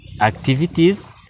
activities